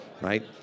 right